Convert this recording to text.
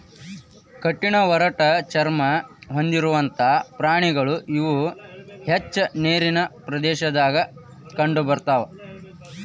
ಕಠಿಣ ಒರಟ ಚರ್ಮಾ ಹೊಂದಿರುವಂತಾ ಪ್ರಾಣಿಗಳು ಇವ ಹೆಚ್ಚ ನೇರಿನ ಪ್ರದೇಶದಾಗ ಕಂಡಬರತಾವ